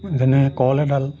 যেনে কল এডাল